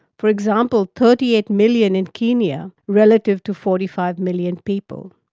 for example, thirty eight million in kenya, relative to forty five million people.